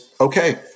okay